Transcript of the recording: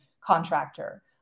contractor